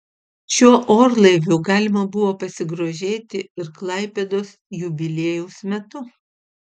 šiuo orlaiviu galima buvo pasigrožėti ir klaipėdos jubiliejaus metu